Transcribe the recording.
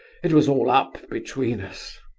it was all up between us.